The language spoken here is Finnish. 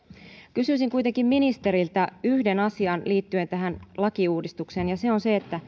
kysyisin kuitenkin ministeriltä yhden asian liittyen tähän lakiuudistukseen ja se on se